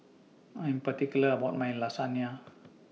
I Am particular about My Lasagne